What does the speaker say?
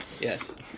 Yes